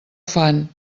fan